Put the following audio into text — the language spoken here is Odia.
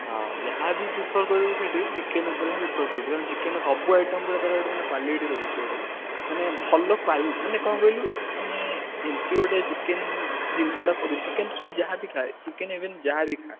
ହଁ ଯାହା ବି ପ୍ରିଫର୍ କରିବୁ ସେଇଠି ଚିକେନ୍ ଉପରେ ହିଁ ପ୍ରିଫର୍ କରିବୁ କାରଣ ଚିକେନ୍ର ସବୁ ଆଇଟମ୍ଗୁଡ଼ା ତା'ର ଏଠି ମାନେ କ୍ୱାଲିଟି ରହୁଛି ଗୋଟେ ମାନେ ଭଲ କ୍ୱାଲିଟି ମାନେ କ'ଣ କହିଲୁ ମାନେ ଏମିତି ଗୋଟେ ଚିକେନ୍ ଜିନିଷଗୁଡ଼ା କରୁଛି ଚିକେନ୍ ସେଇଠି ଯାହା ବି ଖା ଚିକେନ୍ ଇଭେନ୍ ଯାହା ବି ଖା